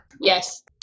Yes